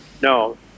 No